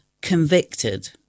convicted